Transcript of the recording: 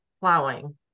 plowing